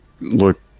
look